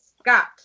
Scott